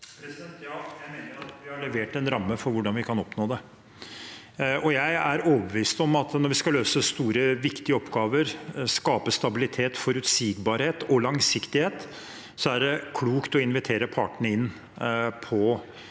Ja, jeg mener at vi har levert en ramme for hvordan vi kan oppnå det, og jeg er overbevist om at når vi skal løse store, viktige oppgaver, skape stabilitet, forutsigbarhet og langsiktighet, er det klokt å invitere partene inn i så